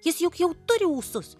jis juk jau turi ūsus